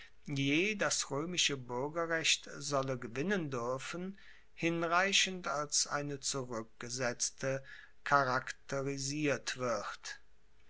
das roemische buergerrecht solle gewinnen duerfen hinreichend als eine zurueckgesetzte charakterisiert wird